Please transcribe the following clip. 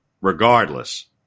regardless